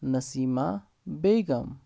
Naseema Begum